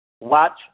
Watch